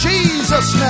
Jesus